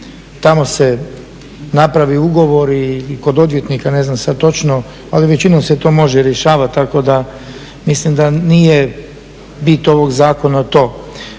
tamo se napravi ugovor i kod odvjetnika, ne znam sada točno, ali većinom se to može rješavati tako da mislim da nije bit ovog zakona to.